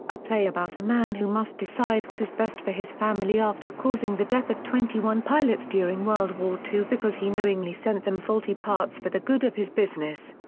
a play about a man who must decide what is best for his family after causing the death of twenty one pilots during world war ii because he knowingly sent them faulty parts for the good of his business.